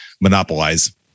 monopolize